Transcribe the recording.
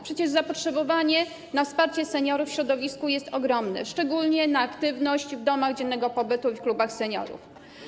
Przecież zapotrzebowanie na wsparcie seniorów w środowisku jest ogromne, szczególnie jeśli chodzi o aktywność w domach dziennego pobytu i w klubach seniorów.